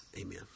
Amen